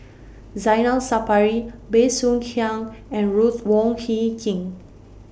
Zainal Sapari Bey Soo Khiang and Ruth Wong Hie King